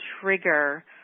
trigger